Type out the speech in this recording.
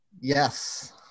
yes